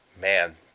man